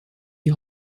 die